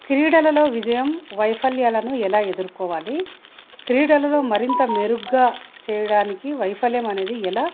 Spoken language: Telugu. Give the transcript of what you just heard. క్రీడలలో విజయం వైఫల్యాలను ఎలా ఎదురుకోవాలి క్రీడలలో మరింత మెరుగ్గా చేయడానికి వైఫల్యం అనేది ఎలా